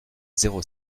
zéro